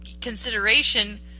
consideration